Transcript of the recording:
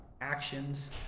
actions